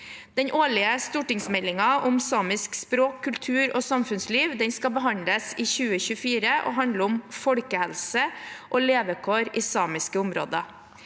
Den årlige stortingsmeldingen om samisk språk, kultur og samfunnsliv skal behandles i 2024 og handle om folkehelse og levekår i samiske områder.